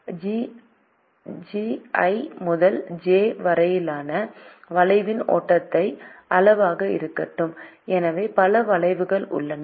எனவே ஜிஜ் i முதல் j வரையிலான வளைவின் ஓட்டத்தின் அளவாக இருக்கட்டும் எனவே பல வளைவுகள் உள்ளன